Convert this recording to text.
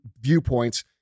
viewpoints